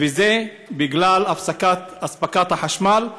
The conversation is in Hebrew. וזה בגלל הפסקת אספקת החשמל,